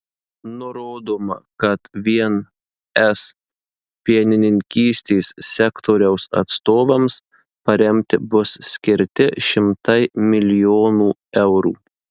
nurodoma kad vien es pienininkystės sektoriaus atstovams paremti bus skirti šimtai milijonų eurų